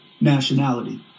nationality